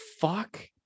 fuck